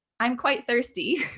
i'm quite thirsty.